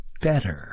better